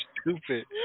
Stupid